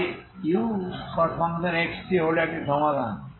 তাই uxt হল একটি সমাধান